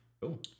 Cool